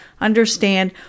understand